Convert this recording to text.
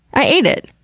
i ate it!